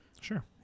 sure